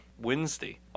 Wednesday